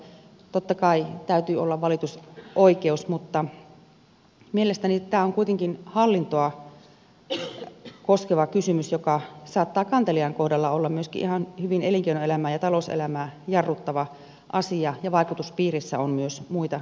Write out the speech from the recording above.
totta kai täytyy olla valitusoikeus mutta mielestäni tämä on kuitenkin hallintoa koskeva kysymys joka saattaa kantelijan kohdalla olla myöskin ihan hyvin elinkeinoelämää ja talouselämää jarruttava asia ja vaikutuspiirissä on myös muita ihmisiä